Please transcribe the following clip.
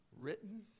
written